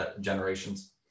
generations